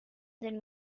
del